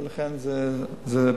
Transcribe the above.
ולכן זה פחות,